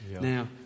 Now